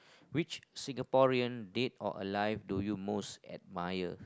which Singaporean dead or alive do you most admire